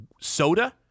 soda